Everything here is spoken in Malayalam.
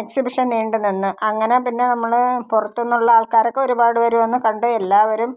എക്സിബിഷൻ നീണ്ടുനിന്നു അങ്ങനെ പിന്നെ നമ്മൾ പുറത്തു നിന്നുള്ള ഒരുപാട് പേർ വന്ന് കണ്ട് എല്ലാവരും